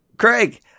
Craig